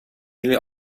jullie